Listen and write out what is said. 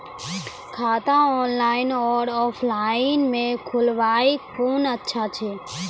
खाता ऑनलाइन और ऑफलाइन म खोलवाय कुन अच्छा छै?